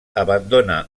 abandona